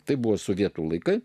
tai buvo sovietų laikais